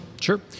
Sure